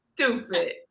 Stupid